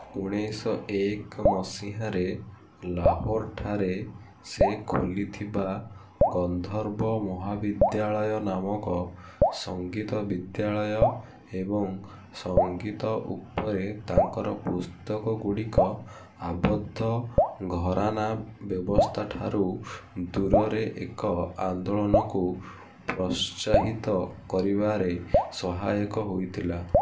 ଉଣେଇଶହ ଏକେ ମସିହାରେ ଲାହୋରଠାରେ ସେ ଖୋଲିଥିବା ଗନ୍ଧର୍ବ ମହାବିଦ୍ୟାଳୟ ନାମକ ସଙ୍ଗୀତ ବିଦ୍ୟାଳୟ ଏବଂ ସଙ୍ଗୀତ ଉପରେ ତାଙ୍କର ପୁସ୍ତକଗୁଡ଼ିକ ଆବଦ୍ଧ ଘରାନା ବ୍ୟବସ୍ଥାଠାରୁ ଦୂରରେ ଏକ ଆନ୍ଦୋଳନକୁ ପ୍ରୋତ୍ସାହିତ କରିବାରେ ସହାୟକ ହୋଇଥିଲା